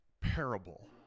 parable